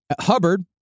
Hubbard